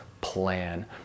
plan